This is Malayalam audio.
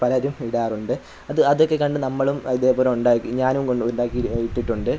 പലരും ഇടാറുണ്ട് അത് അതൊക്കെ കണ്ട് നമ്മളും ഇതേപോലെ ഉണ്ടാക്കി ഞാനും ഉണ്ടാക്കി ഇട്ടിട്ടുണ്ട്